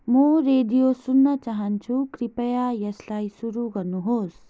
म रेडियो सुन्न चाहन्छु कृपया यसलाई सुरु गर्नुहोस्